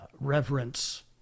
reverence